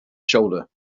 shoulder